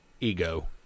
ego